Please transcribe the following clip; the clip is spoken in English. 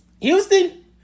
Houston